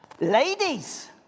Ladies